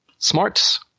Smarts